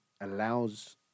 allows